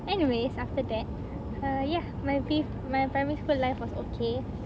anyways after that uh ya my P my primary school life was okay